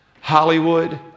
Hollywood